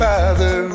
Father